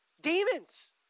demons